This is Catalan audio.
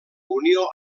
unió